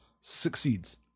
Succeeds